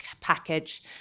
package